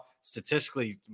Statistically